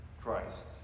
Christ